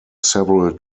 several